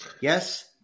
yes